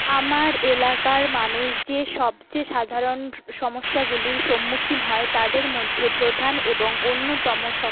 আমার এলাকার মানুষ যে সবচেয়ে সাধারণ সমস্যাগুলির সম্মুখীন হয় তাদের মধ্যে প্রধান এবং অন্যতম শক